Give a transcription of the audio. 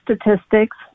statistics